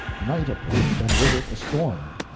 night approached, and with it a storm.